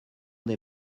des